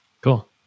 Cool